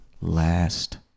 last